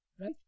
Right